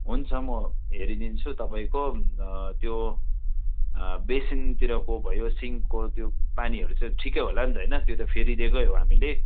हुन्छ म हेरिदिन्छु तपाईँको त्यो बेसिनतिरको भयो सिङ्क कल त्यो पानीहरू त ठिकै होला नि त होइन त्यो त फेरिदिएकै हो हामीले